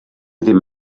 ddim